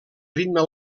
ritme